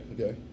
Okay